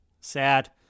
Sad